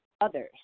others